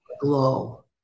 Glow